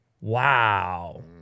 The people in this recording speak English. Wow